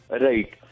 Right